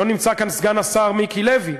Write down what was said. לא נמצא כאן סגן השר מיקי לוי,